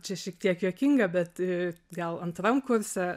čia šiek tiek juokinga bet gal antram kurse